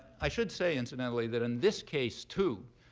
i should say, incidentally, that in this case, too,